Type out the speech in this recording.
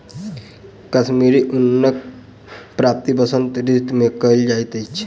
कश्मीरी ऊनक प्राप्ति वसंत ऋतू मे कयल जाइत अछि